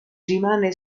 rimane